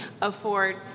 afford